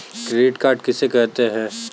Credit card किसे कहते हैं?